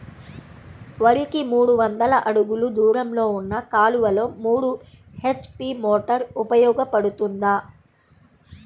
వరికి మూడు వందల అడుగులు దూరంలో ఉన్న కాలువలో మూడు హెచ్.పీ మోటార్ ఉపయోగపడుతుందా?